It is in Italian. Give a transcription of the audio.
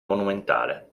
monumentale